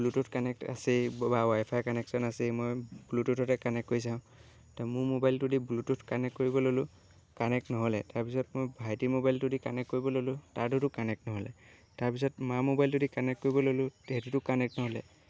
Bluetooth connect আছেই বা wifi connection আছেই মই ব্লুটুথতে কানেক্ট কৰি চাওঁ তো মোৰ মোবাইলটোদি ব্লুটুথ কানেক্ট কৰিব ল'লোঁ কানেক্ট নহ'লে তাৰ পিছত মই ভাইটিৰ মোবাইলটো দি কানেক্ট কৰিব ল'লোঁ তাৰটোতো কানেক্ট নহ'লে তাৰ পিছত মই মাৰ মোবাইলটো দি কানেক্ট কৰিব ল'লোঁ সেইটোতো কানেক্ট নহ'লে